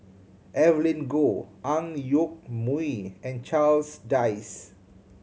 Evelyn Goh Ang Yoke Mooi and Charles Dyce